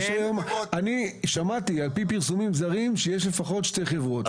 אני שמעתי על פי פרסומים זרים שיש לפחות שתי חברות.